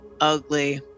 ugly